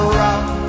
rock